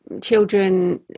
children